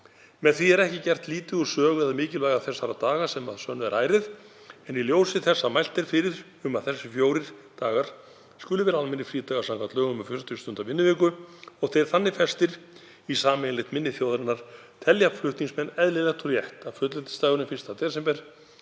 Með því er ekki gert lítið úr sögu eða mikilvægi áðurnefndra daga, sem að sönnu er ærið. En í ljósi þess að mælt er fyrir um að þessir fjórir dagar skuli vera almennir frídagar samkvæmt lögum um 40 stunda vinnuviku, og þeir þannig festir í sameiginlegt minni þjóðarinnar, telja flutningsmenn eðlilegt og rétt að fullveldisdagurinn 1. desember